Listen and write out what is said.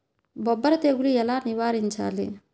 బొబ్బర తెగులు ఎలా నివారించాలి?